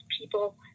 people